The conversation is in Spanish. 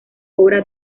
obra